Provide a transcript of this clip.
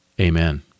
Amen